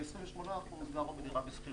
שילמו משכנתא.